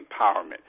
empowerment